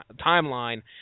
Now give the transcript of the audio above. timeline